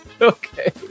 Okay